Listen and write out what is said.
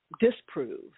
disprove